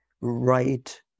right